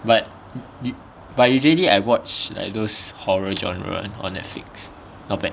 but the but usually I watch like those horror genre on Netflix not bad